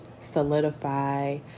solidify